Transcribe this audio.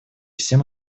всем